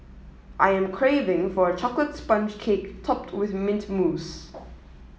I am craving for a chocolate sponge cake topped with mint mousse